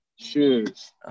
shoes